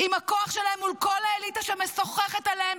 עם הכוח שלהם מול כל האליטה שמסוככת עליהם